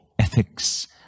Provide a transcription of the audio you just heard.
ethics